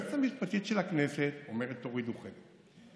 היועצת המשפטית של הכנסת אומרת: תורידו חלק.